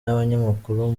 n’abanyamakuru